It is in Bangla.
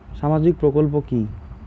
সামাজিক প্রকল্প কি?